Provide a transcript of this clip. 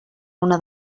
una